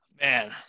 man